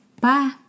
Bye